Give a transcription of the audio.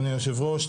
אדוני היושב ראש,